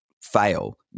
fail